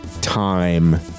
time